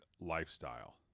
lifestyle